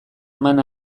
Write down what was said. eman